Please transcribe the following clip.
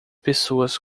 pessoas